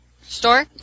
store